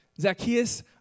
Zacchaeus